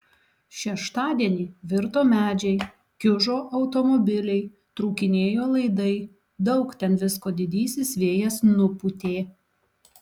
šeštadienį virto medžiai kiužo automobiliai trūkinėjo laidai daug ten visko didysis vėjas nupūtė